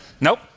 Nope